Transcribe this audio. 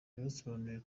yabasobanuriye